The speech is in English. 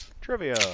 Trivia